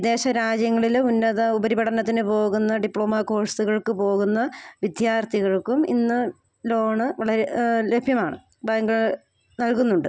വിദേശ രാജ്യങ്ങളിൽ ഉന്നത ഉപരിപഠനത്തിന് പോകുന്ന ഡിപ്ലോമ കോഴ്സ്കൾക്ക് പോകുന്ന വിദ്യാർത്ഥികൾക്കും ഇന്ന് ലോണ് വളരെ ലഭ്യമാണ് ബാങ്ക് നൽകുന്നുണ്ട്